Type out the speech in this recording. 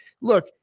look